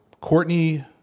Courtney